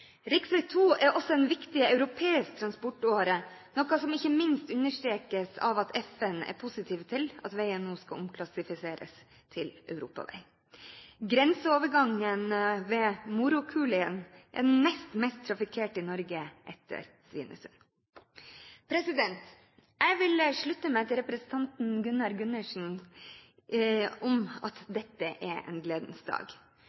er også en viktig europeisk transportåre, noe som ikke minst understrekes av at FN er positiv til at veien nå skal omklassifiseres til europavei. Grenseovergangen ved Morokulien er nest mest trafikkert i Norge, etter Svinesund. Jeg vil slutte meg til representanten Gunnar Gundersen om at dette er en gledens dag.